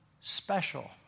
special